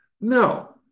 No